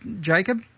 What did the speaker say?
Jacob